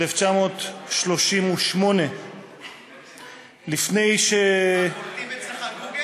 1938. קולטים אצלך גוגל?